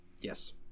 Yes